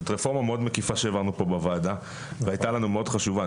זו פלטפורמה מאוד מקיפה שהעברנו פה בוועדה והייתה לנו מאוד חשובה.